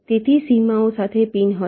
તેથી સીમાઓ સાથે પિન હશે